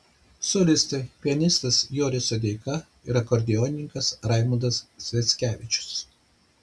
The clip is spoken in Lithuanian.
solistai pianistas joris sodeika ir akordeonininkas raimundas sviackevičius